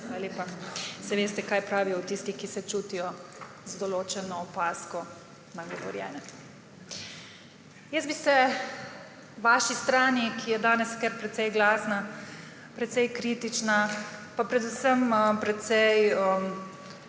lepa. Saj veste, kaj pravijo o tistih, ki se čutijo z določeno opazko nagovorjene. Jaz bi se vaši strani, ki je danes kar precej glasna, precej kritična pa predvsem precej